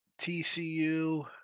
TCU